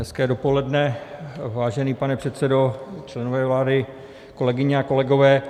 Hezké dopoledne, vážený pane předsedo, členové vlády, kolegyně a kolegové.